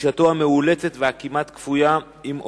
ופגישתו המאולצת והכמעט-כפויה עם אובמה,